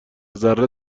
ذره